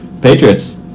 Patriots